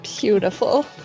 beautiful